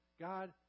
God